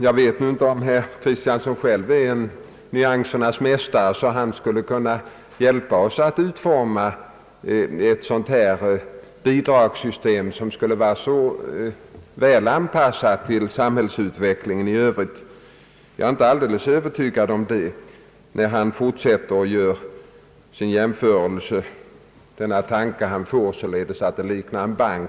Jag vet nu inte om herr Kristiansson själv är en nyansernas mästare, så att han skulle kunna hjälpa oss att utforma ett rationaliseringsstöd som skulle vara väl anpassat till samhällsutvecklingen i övrigt. Jag är inte alldeles övertygad om det, när han fortsätter att göra sin jämförelse. Herr Kristiansson tror således att det rör sig om något som liknar en bank.